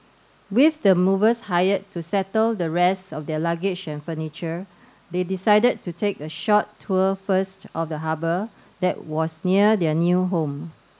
with the movers hired to settle the rest of their luggage and furniture they decided to take a short tour first of the harbour that was near their new home